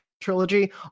trilogy